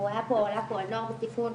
עלה פה נוער בסיכון,